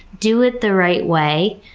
do it the right way,